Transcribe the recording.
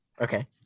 Okay